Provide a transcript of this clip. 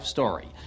Story